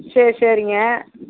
சரி சரிங்க